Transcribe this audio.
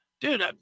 dude